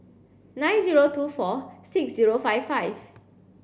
nine zero two four six zero five five